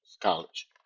college